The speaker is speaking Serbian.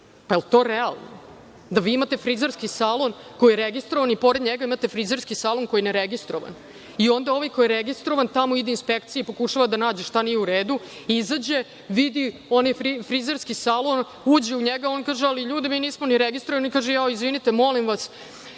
Da li je to realno? Da vi imate frizerski salon koji je registrovan i pored njega imate frizerski salon koji je neregistrovan, i onda ovaj koji je registrovan, tamo ide inspekcija i pokušava da nađe šta nije u redu, izađe, vidi, uđe u frizerski salon, on kaže – ali ljudi, mi nismo ni registrovani, kaže – jao, izvinite molim vas,